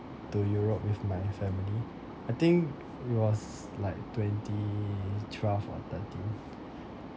to europe with my family I think it was like twenty twelve or thirteen